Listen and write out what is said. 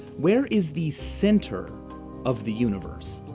where is the center of the universe?